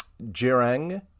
Jerang